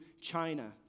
China